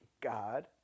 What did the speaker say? God